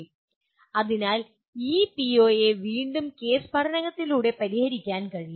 slide സമയം 09 19 കാണുക അതിനാൽ ഈ പിഒയെ വീണ്ടും കേസ് പഠനങ്ങളിലൂടെ പരിഹരിക്കാൻ കഴിയും